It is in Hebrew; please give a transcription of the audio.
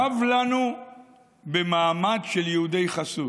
רב לנו במעמד של יהודי חסות.